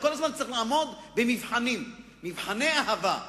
כל הזמן צריך לעמוד במבחנים, מבחני אהבה.